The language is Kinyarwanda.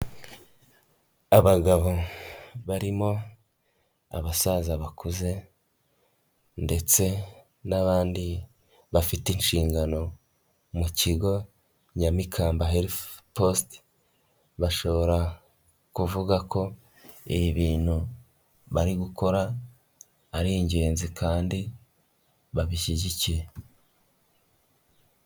Abagabo barimo abasaza bakuze ndetse n'abandi bafite inshingano mu kigo Nyamikamba herifu posite, bashobora kuvuga ko ibi bintu bari gukora ari ingenzi kandi babishyigikiye.